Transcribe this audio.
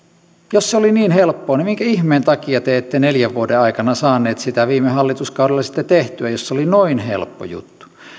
jos se olisi niin helppoa niin minkä ihmeen takia te ette neljän vuoden aikana saaneet sitä viime hallituskaudella sitten tehtyä jos se oli noin helppo juttu